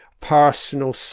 personal